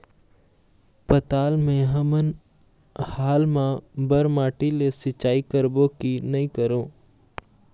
पताल मे हमन हाल मा बर माटी से सिचाई करबो की नई करों?